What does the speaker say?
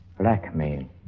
Blackmail